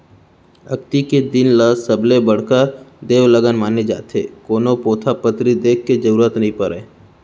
अक्ती के दिन ल सबले बड़का देवलगन माने जाथे, कोनो पोथा पतरी देखे के जरूरत नइ परय